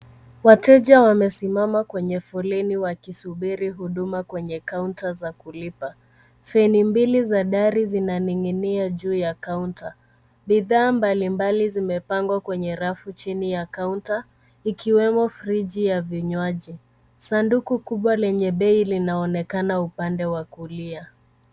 Wateja wanasimama kwenye foleni wakisubiri huduma kwenye kaunta za kulipa. Feni mbili za dari zinaning'inia juu ya kaunta. Bidhaa mbalimbali zimepangwa kwenye rafu chini ya kaunta, zikiwemo friji ya vinywaji. Sanduku kubwa lenye bei linaonekana upande wa kulia.